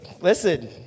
listen